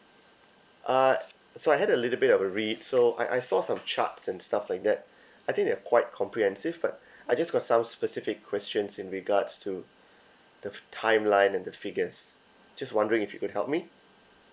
uh so I had a little bit of a read so I I saw some charts and stuff like that I think they're quite comprehensive but I just got some specific questions in regards to the f~ timeline and the figures just wondering if you could help me